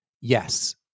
yes